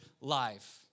life